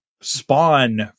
Spawn